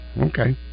Okay